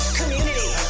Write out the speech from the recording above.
community